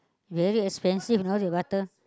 very expensive how you butter